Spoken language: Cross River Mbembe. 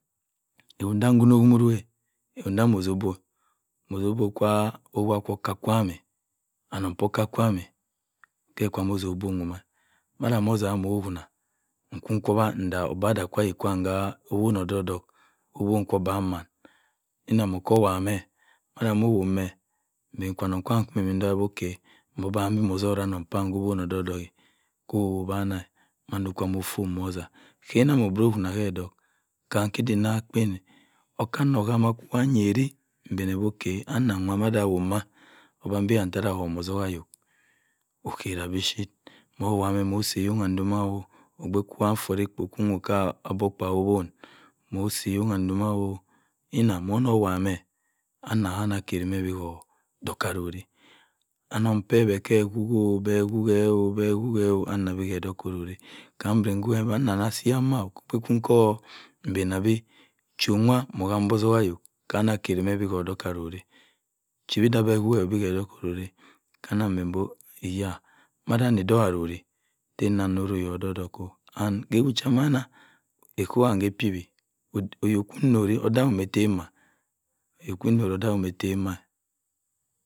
Ewunda nkwuna ogumurok. ewunda ma ota obo ma ota obo kwa anong pah okka-kwan atta kwan ote obo woma. nkwu-nguna nta obada kwa ayi-kwan se owon odogh-odogh. mina mmo-womah kwa-nong mbaake ke obi okeh oban beh moda see anongh pam se owon odogh-odogh. ke mma-obera kwa se odick kam kidi n aghe akpen nyeri mbene okeh ana nwa obambi ku ama-tara 'm mo-otak-ayok. okwera mu chip mma-osi-eyonha ndoma okpei kwu nfuh ekpo nwoka aba okka owon. mo-osi eyongha ndoma. ana mma keriga bhe ke odick ka rori. anong peh ke-ka kwu gu. ana bhe ke odock-orori. mbowe beh ana ku asi yen ma? Egwu nwa ma-okam beb otok-ayok ku na keriye bhe odok arori. chitta okwue obi ke odok oriri kam na mbembe eya! Mada odok ara ri tana nro oyok odok odok ku <&> oyok kwi nori odagh 'm se etem-a oyok kwi nori odagh 'm se etem-a